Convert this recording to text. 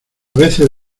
veces